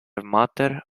matter